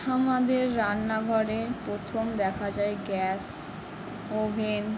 আমাদের রান্নাঘরে প্রথম দেখা যায় গ্যাস ওভেন